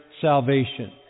salvation